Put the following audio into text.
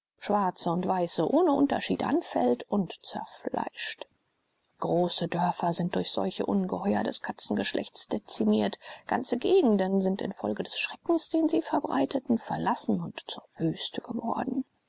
schwarze und weiße ohne unterschied anfällt und zerfleischt große dörfer sind durch solche ungeheuer des katzengeschlechts dezimiert ganze gegenden sind infolge des schreckens den sie verbreiteten verlassen und zur wüste geworden